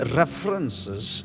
references